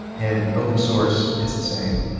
and open source, it's the same.